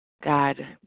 God